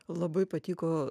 labai patiko